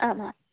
आम् आं